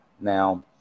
now